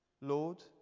Lord